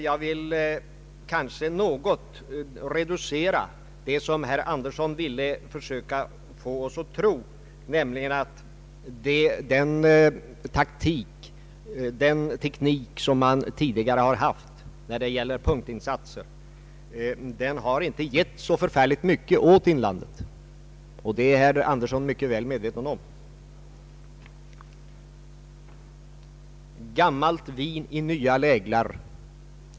Jag vill dock i ett avseende reducera vad herr Andersson vill försöka få oss att tro: den teknik man tidigare har haft när det gäller punktinsatser har inte givit så mycket åt inlandet, och det är herr Andersson mycket väl medveten om. Gammalt vin i nya läglar?